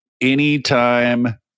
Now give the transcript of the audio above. anytime